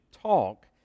talk